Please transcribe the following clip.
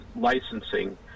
licensing